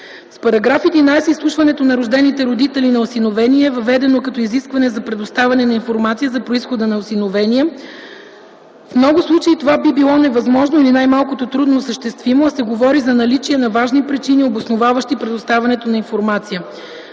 С § 11 изслушването на рождените родители на осиновения е въведено като изискване за предоставяне на информация за произхода на осиновения. В много случаи това би било невъзможно или най-малкото трудно осъществимо, а се говори за наличие на важни причини, обосноваващи предоставянето на информацията.